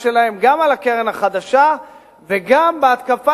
ההתקפה שלהם גם על הקרן החדשה וגם בהתקפה